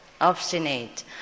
obstinate